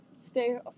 stay